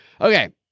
Okay